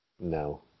No